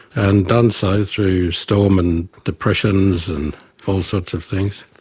and done so through storm and depressions and all sorts of things.